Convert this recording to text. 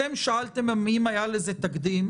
אתם שאלתם אם היה לזה תקדים,